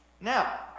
Now